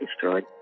destroyed